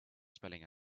spelling